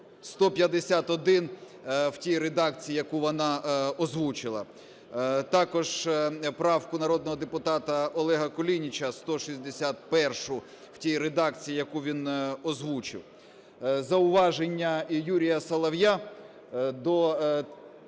151 в тій редакції, яку вона озвучила. Також правку народного депутата Олега Кулініча 161-у в тій редакції, яку він озвучив. Зауваження Юрія Солов'я до 39